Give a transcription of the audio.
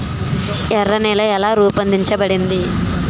ఎర్ర నేల ఎలా రూపొందించబడింది?